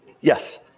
Yes